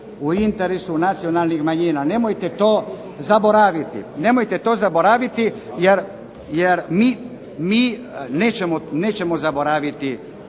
u interesu nacionalnih manjina, nemojte to zaboraviti. Jer mi nećemo zaboraviti